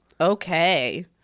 Okay